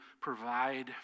provide